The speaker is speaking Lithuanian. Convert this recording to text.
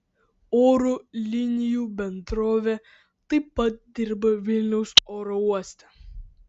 oro linijų bendrovė taip pat dirba vilniaus oro uoste